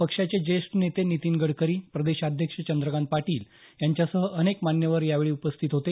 पक्षाचे ज्येष्ठ नेते नीतीन गडकरी प्रदेशाध्यक्ष चंद्रकांत पाटील यांच्यासह अनेक मान्यवर यावेळी उपस्थित होते